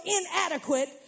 inadequate